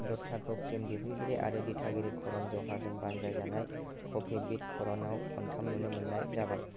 दत्ताखौ film दिहुनगिरि आरो दिथागिरि करण जहारजों बानजायजानाय कॉफी विद करणआव खनथाम नुनो मोन्नाय जाबाय